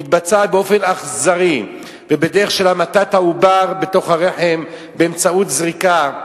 מתבצעת באופן אכזרי ובדרך של המתת העובר בתוך הרחם באמצעות זריקה,